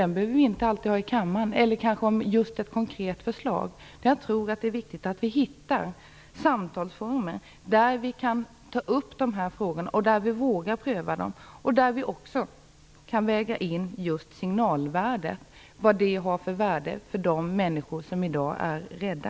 Den behöver vi inte alltid föra i kammaren. Jag tror att det är viktigt att vi hittar samtalsformer där vi kan ta upp de här frågorna, där vi vågar pröva dem och där vi kan väga in vad denna signal har för värde för de människor som i dag är rädda.